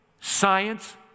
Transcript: science